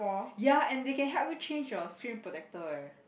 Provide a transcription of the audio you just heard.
ya and they can help you change your screen protector eh